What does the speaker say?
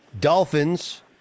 Dolphins